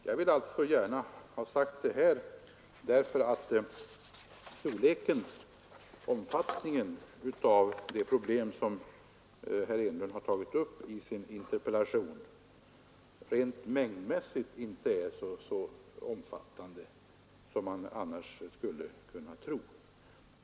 Jag vill gärna ha detta sagt, därför att de problem som herr Enlund har tagit upp i sin interpellation rent mängdmässigt inte är så omfattande som man skulle kunna tro.